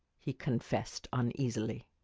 he confessed uneasily.